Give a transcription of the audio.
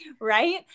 right